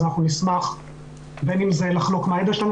אז אנחנו נשמח בין אם זה לחלוק מהידע שלנו